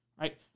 right